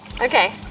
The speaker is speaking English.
Okay